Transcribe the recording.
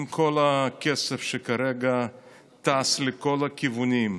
עם כל הכסף שכרגע טס לכל הכיוונים,